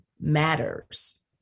matters